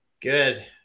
Good